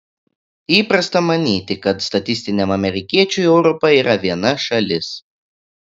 įprasta manyti kad statistiniam amerikiečiui europa yra viena šalis